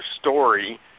story